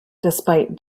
despite